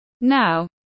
Now